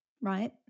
right